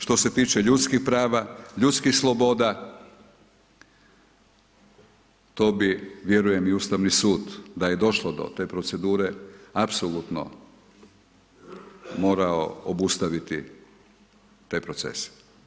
Što se tiče ljudskih prava, ljudskih sloboda, to bi, vjerujem i Ustavni sud, da je došlo do te procedure, apsolutno morao obustaviti te procese.